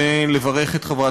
רוצה עכשיו לדבר מההתחלה.